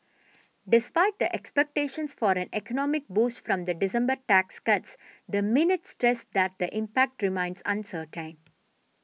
despite the expectations for an economic boost from the December tax cuts the minutes stressed that the impact remains uncertain